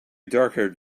darkhaired